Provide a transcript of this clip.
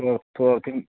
तो तो अर्थिंग